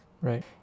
right